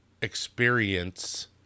experience